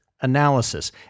Analysis